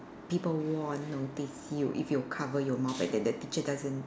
people won't notice you if you cover your mouth and then the teacher doesn't